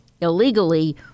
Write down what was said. illegally